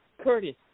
Curtis